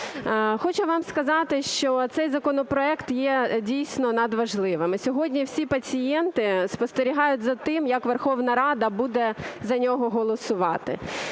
Хочу вам сказати, що цей законопроект є, дійсно, надважливим і сьогодні всі пацієнти спостерігають за тим, як Верховна Рада буде за нього голосувати.